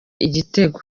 igitego